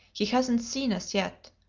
he hasn't seen us yet